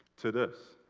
to this.